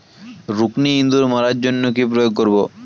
রুকুনি ইঁদুর মারার জন্য কি করে প্রয়োগ করব?